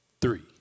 three